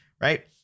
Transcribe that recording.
Right